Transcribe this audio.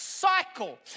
cycle